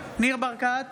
ניר ברקת,